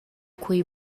quei